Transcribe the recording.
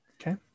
okay